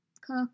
cook